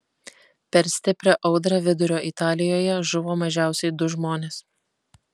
per stiprią audrą vidurio italijoje žuvo mažiausiai du žmonės